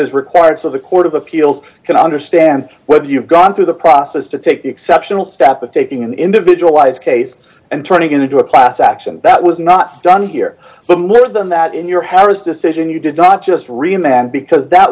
is required so the court of appeals can understand whether you've gone through the process to take the exceptional step of taking an individualized case and turning it into a class action that was not done here but lower than that in your harris decision you did not